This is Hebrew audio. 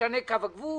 השתנה קו הגבול,